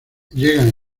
llegan